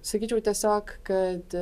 sakyčiau tiesiog kad